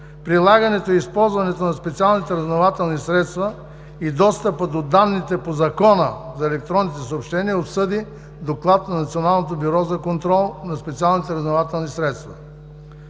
прилагането и използването на специалните разузнавателни средства и достъпа до данните по Закона за електронните съобщения обсъди Доклад на Националното бюро за контрол на специалните разузнавателни средства.